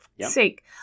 sake